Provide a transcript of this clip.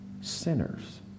sinners